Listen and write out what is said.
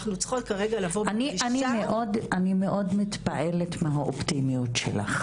אנחנו צריכות כרגע לבוא בגישה --- אני מאוד מתפעלת מהאופטימיות שלך.